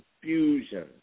confusion